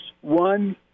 one